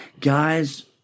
Guys